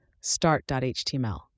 start.html